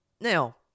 Now